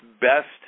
best